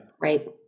right